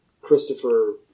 Christopher